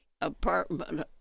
apartment